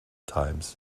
times